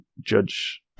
judge